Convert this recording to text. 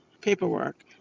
paperwork